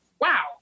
wow